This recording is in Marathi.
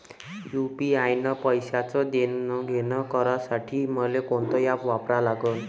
यू.पी.आय न पैशाचं देणंघेणं करासाठी मले कोनते ॲप वापरा लागन?